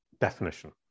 definition